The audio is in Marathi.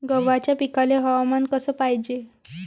गव्हाच्या पिकाले हवामान कस पायजे?